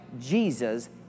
Jesus